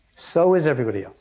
so is everybody else.